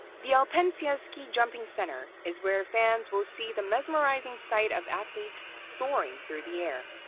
the alpensia ski jumping center is where fans will see the mesmerizing sight of athletes souring through the air.